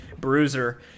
bruiser